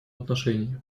отношении